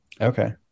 Okay